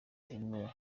biremewe